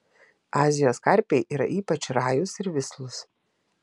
azijos karpiai yra ypač rajūs ir vislūs